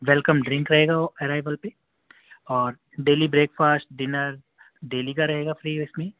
welcome drink رہے گا arrival پہ اور daily breakfast dinner daily کا رہے گا فری اُس میں